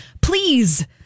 please